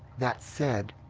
that said,